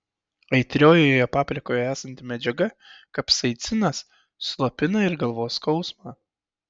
aitriojoje paprikoje esanti medžiaga kapsaicinas slopina ir galvos skausmą